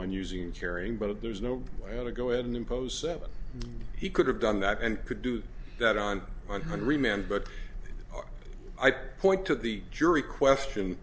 one using carrying but there's no way to go and impose seven he could have done that and could do that on one hundred men but i point to the jury question